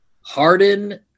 Harden